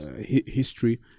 history